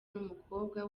n’umukobwa